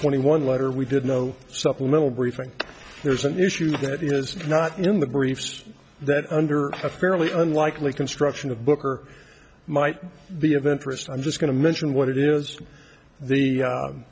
any one letter we did no supplemental briefing there's an issue that is not in the briefs that under the fairly unlikely construction of book or might be of interest i'm just going to mention what it is the